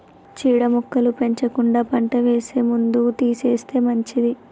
చీడ మొక్కలు పెరగకుండా పంట వేసే ముందు తీసేస్తే మంచిది